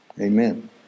amen